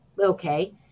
okay